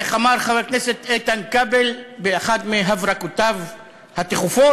איך אמר חבר הכנסת איתן כבל באחת מהברקותיו התכופות,